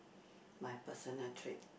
my personal trait